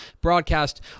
broadcast